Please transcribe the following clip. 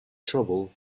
trouble